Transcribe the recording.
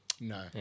No